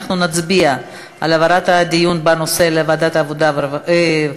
אנחנו נצביע על העברת הדיון בנושא לוועדת הכלכלה.